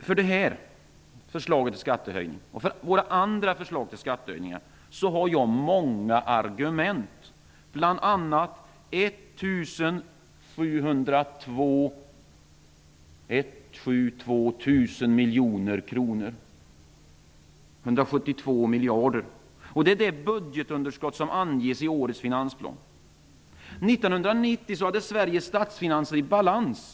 För detta och våra andra förslag till skattehöjningar har jag många argument, bl.a. 172 000 miljoner kronor -- 172 miljarder. Det är det budgetunderskott som anges i årets finansplan. 1990 hade Sveriges statsfinanser balans.